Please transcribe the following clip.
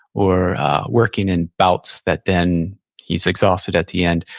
or working in bouts that then he's exhausted at the end,